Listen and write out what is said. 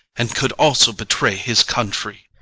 and could also betray his country.